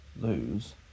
lose